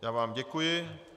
Já vám děkuji.